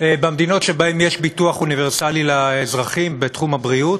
במדינות שיש בהן ביטוח אוניברסלי לאזרחים בתחום הבריאות,